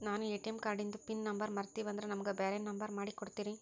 ನಾನು ಎ.ಟಿ.ಎಂ ಕಾರ್ಡಿಂದು pin number ಮರತೀವಂದ್ರ ನಮಗ ಬ್ಯಾರೆ ನಂಬರ್ ಮಾಡಿ ಕೊಡ್ತೀರಿ?